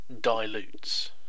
dilutes